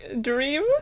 dream